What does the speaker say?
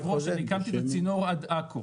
כבוד יושב הראש, אני הקמתי את הצינור עד עכו.